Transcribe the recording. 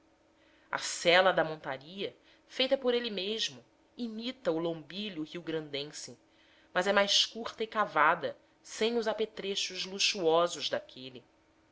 a sela da montaria feita por ele mesmo imita o lombilho rio grandense mas é mais curta e cavada sem os apetrechos luxuosos daquele